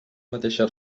mateixa